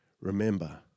remember